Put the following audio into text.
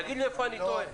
תגיד לי איפה אני טועה.